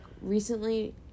recently